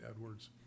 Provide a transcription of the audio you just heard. Edward's